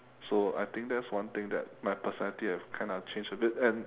so I think that's one thing that my personality has kind of changed a bit and